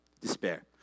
Despair